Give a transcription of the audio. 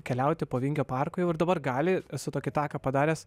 keliauti po vingio parką jau ir dabar gali esu tokį taką padaręs